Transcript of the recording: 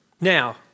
Now